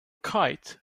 kite